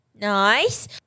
Nice